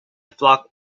flock